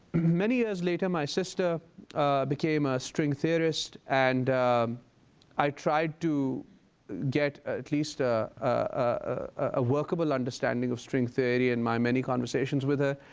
many years later my sister became a string theorist, and i tried to get at least ah a workable understanding of string theory in my many conversations with her.